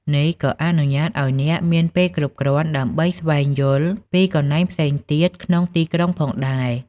នេះក៏អនុញ្ញាតឱ្យអ្នកមានពេលគ្រប់គ្រាន់ដើម្បីស្វែងយល់ពីកន្លែងផ្សេងទៀតក្នុងទីក្រុងផងដែរ